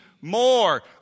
more